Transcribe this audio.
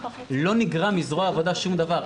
לא נגרע מזרוע העבודה שום דבר.